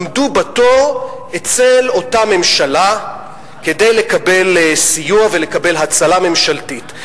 עמדו בתור אצל אותה ממשלה כדי לקבל סיוע ולקבל הצלה ממשלתית.